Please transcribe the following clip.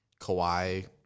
Kawhi